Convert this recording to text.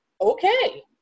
okay